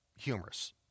humorous